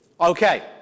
Okay